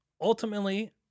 ultimately